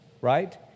right